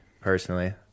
personally